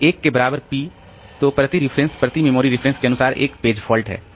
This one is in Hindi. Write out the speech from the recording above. तो 1 के बराबर p तो प्रति रेफरेंस प्रति मेमोरी रेफरेंस के अनुसार एक पेज फॉल्ट है